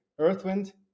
Earthwind